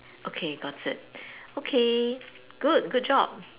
okay got it okay good good job